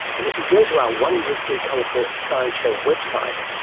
and if you go to our wondrously colourful science show website,